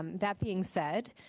that being said,